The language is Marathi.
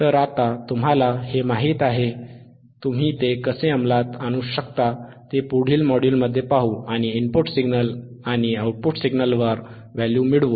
तर आता तुम्हाला हे माहित आहे तुम्ही ते कसे अंमलात आणू शकता ते पुढील मॉड्यूलमध्ये पाहू आणि इनपुट सिग्नल आणि आउटपुट सिग्नलवर व्हॅल्यू मिळवू